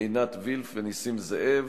עינת וילף ונסים זאב.